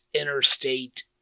interstate